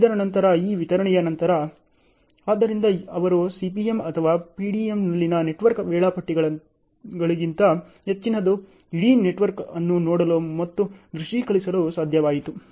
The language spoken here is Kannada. ಇದರ ನಂತರ ಈ ವಿತರಣೆಯ ನಂತರ ಆದ್ದರಿಂದ ಅವರು CPM ಅಥವಾ PDMನಲ್ಲಿನ ನೆಟ್ವರ್ಕ್ ವೇಳಾಪಟ್ಟಿಗಳಿಗಿಂತ ಹೆಚ್ಚಿನದನ್ನು ಇಡೀ ನೆಟ್ವರ್ಕ್ ಅನ್ನು ನೋಡಲು ಮತ್ತು ದೃಶ್ಯೀಕರಿಸಲು ಸಾಧ್ಯವಾಯಿತು